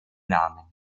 namen